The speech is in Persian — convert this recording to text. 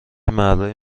مردای